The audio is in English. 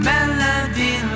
Melody